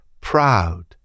proud